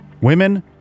Women